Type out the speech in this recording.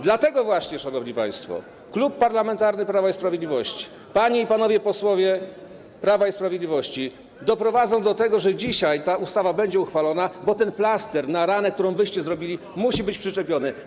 Dlatego właśnie, szanowni państwo, Klub Parlamentarny Prawo i Sprawiedliwość, panie i panowie posłowie Prawa i Sprawiedliwości doprowadzą do tego, że dzisiaj ta ustawa będzie uchwalona, bo ten plaster na ranę, którą zrobiliście, musi być przyczepiony.